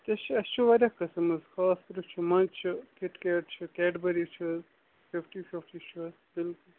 أسۍ چھِ اَسہِ چھِ واریاہ قسٕم حظ منچھ چھِ کِٹ کیٹ چھِ کیٚٹبری چھِ حظ فِفٹی فِفٹی چھِ حظ